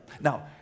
Now